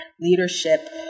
leadership